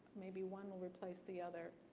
maybe one will replace the other.